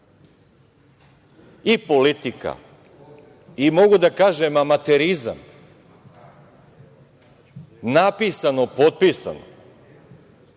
i politika, i mogu da kažem i amaterizam, napisano, potpisano. Cenim